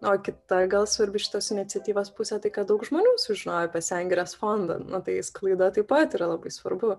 o kita gal svarbi šitos iniciatyvos pusė tai kad daug žmonių sužinojo apie sengirės fondą nu tai sklaida taip pat yra labai svarbu